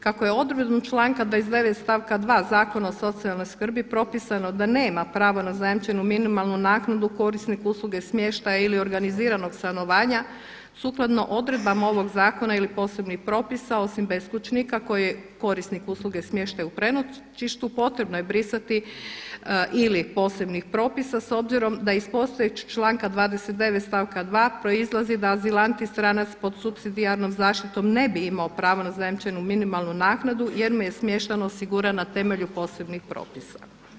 Kako je odredbom članka 29. stavka 2. Zakona o socijalnoj skrbi propisano da nema pravo na zajamčenu minimalnu naknadu korisnik usluge smještaja ili organiziranog stanja sukladno odredbama ovog zakona ili posebnih propisa osim beskućnika koji je korisnik usluge smještaja u prenoćištu potrebno je brisati ili posebnih propisa s obzirom da iz postojećeg članka 29. stavka 2. proizlazi da azilanti stranac pod supsidijarnom zaštitom ne bi imao pravo na zajamčenu minimalnu naknadu jer mu je smještaj osiguran na temelju posebnih propisa.